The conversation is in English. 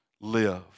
live